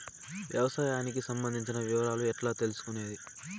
వ్యవసాయానికి సంబంధించిన వివరాలు ఎట్లా తెలుసుకొనేది?